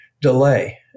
delay